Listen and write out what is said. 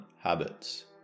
Habits